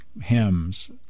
hymns